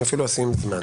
אני אפילו אשים זמן.